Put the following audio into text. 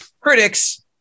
Critics